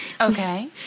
Okay